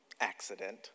accident